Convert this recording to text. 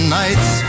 nights